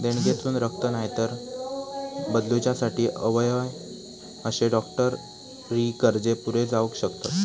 देणगेतसून रक्त, नायतर बदलूच्यासाठी अवयव अशे डॉक्टरी गरजे पुरे जावक शकतत